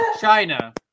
China